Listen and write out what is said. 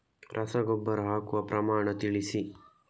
ರಸಗೊಬ್ಬರ ಹಾಕುವ ಪ್ರಮಾಣ ತಿಳಿಸಿ